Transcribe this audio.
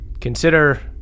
consider